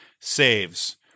saves